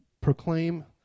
proclaim